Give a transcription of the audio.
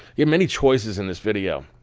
yeah many choices in this video,